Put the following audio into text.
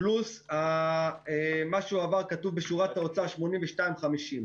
פלוס מה שהועבר כתוב בשורת האוצר 82 מיליון ו-50 מיליון.